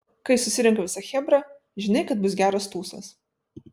kai susirenka visa chebra žinai kad bus geras tūsas